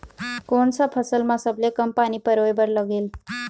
कोन सा फसल मा सबले कम पानी परोए बर लगेल?